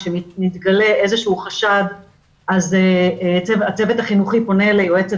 כשמתגלה איזה שהוא חשד אז הצוות החינוכי פונה ליועצת